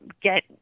get